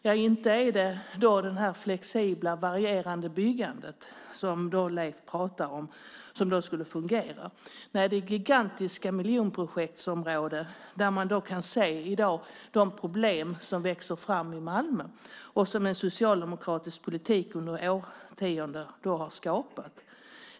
Ja, inte det flexibla, varierande byggandet som Leif pratar om och som alltså skulle fungera. Nej, det är fråga om gigantiska miljonprojektområden med ökande problem i ett Malmö skapat av en socialdemokratisk politik under årtionden.